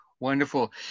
Wonderful